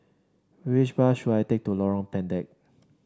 which bus should I take to Lorong Pendek